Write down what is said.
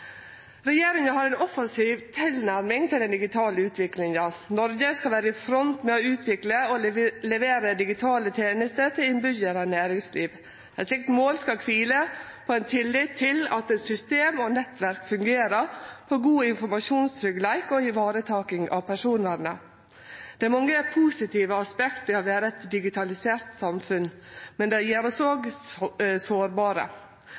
Regjeringa har ei offensiv tilnærming til den digitale utviklinga. Noreg skal vere i front med å utvikle og levere digitale tenester til innbyggjarar og næringsliv. Eit slikt mål skal kvile på ein tillit til at system og nettverk fungerer, og på god informasjonstryggleik og varetaking av personvernet. Det er mange positive aspekt ved å vere eit digitalisert samfunn, men det gjer oss òg sårbare.